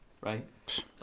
right